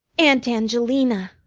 aunt angelina,